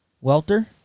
Welter